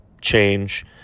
change